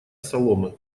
соломы